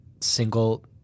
single